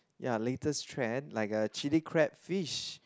ya latest trend like a chilli crab fish